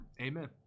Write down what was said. Amen